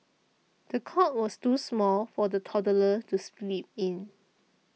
the cot was too small for the toddler to sleep in